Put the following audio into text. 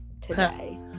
today